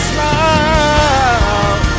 Smile